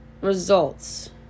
results